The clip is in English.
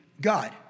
God